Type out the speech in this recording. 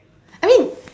I mean